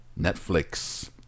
Netflix